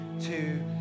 two